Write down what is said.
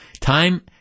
time